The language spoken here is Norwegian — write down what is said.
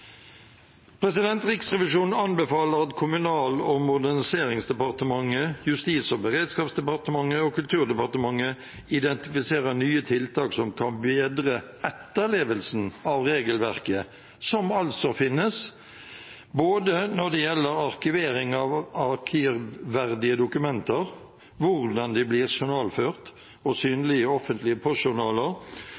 Riksrevisjonen anbefaler at Kommunal- og moderniseringsdepartementet, Justis- og beredskapsdepartementet og Kulturdepartementet identifiserer nye tiltak som kan bedre etterlevelsen av regelverket – som finnes – når det gjelder både arkivering av arkivverdige dokumenter, hvordan de blir journalført og